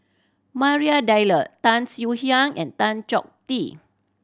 Maria Tan Swie Hian and Tan Chong Tee